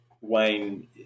Wayne